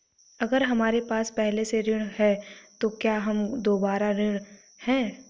अगर हमारे पास पहले से ऋण है तो क्या हम दोबारा ऋण हैं?